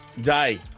day